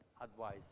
advice